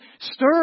stir